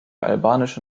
albanische